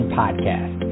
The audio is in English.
podcast